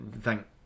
Thank